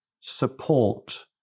support